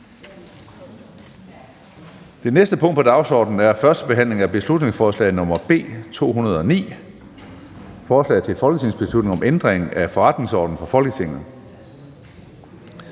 er for et punkt, vi behandler. Det er første behandling af beslutningsforslag nr. B 209, forslag til folketingsbeslutning om ændring af forretningsorden for Folketinget.